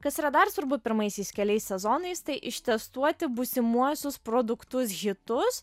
kas yra dar svarbu pirmaisiais keliais sezonais tai ištestuoti būsimuosius produktus hitus